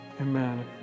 Amen